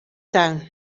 tuin